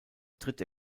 tritt